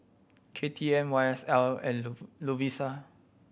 K T M Y S L and Lovisa